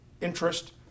interest